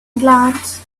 glance